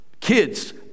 Kids